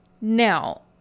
Now